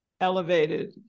elevated